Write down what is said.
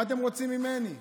מה אתם רוצים ממני?